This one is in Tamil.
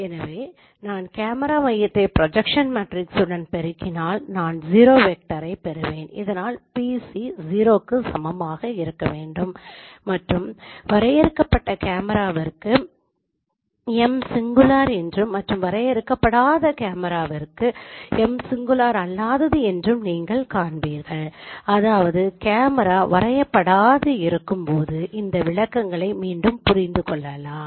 எனவே நான் கேமரா மையத்தை ப்ரொஜக்ஸன் மேட்ரிக்ஸ் உடன் பெருக்கினால் நான் 0 வெக்டரை பெறுவேன் இதனால் PC 0 க்கு சமமாக இருக்க வேண்டும் மற்றும் வரையறுக்கப்பட்ட கேமராவிற்கு M சிங்குலார் என்றும் மற்றும் வரையறுக்கப்படாத கேமராவிற்கு சிங்குலார் அல்லாதது என்றும் நீங்கள் காண்பீர்கள் அதாவது கேமரா வரையறுக்கப்படாது இருக்கும்போது இந்த விளக்கங்களை மீண்டும் புரிந்து கொள்ளலாம்